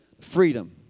freedom